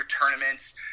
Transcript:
tournaments